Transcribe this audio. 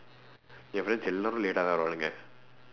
என்:en friends எல்லோரும்:eloorum late-aa தான் வருவானுங்க:thaan varuvaanungka